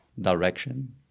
direction